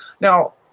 Now